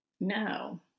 No